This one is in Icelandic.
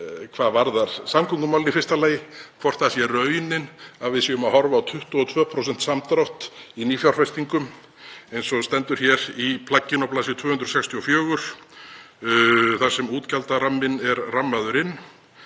hvað varðar samgöngumálin í fyrsta lagi, hvort það sé raunin að við séum að horfa á 22% samdrátt í nýfjárfestingum eins og stendur hér í plagginu á bls. 264 þar sem útgjaldaramminn er rammaður inn,